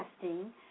testing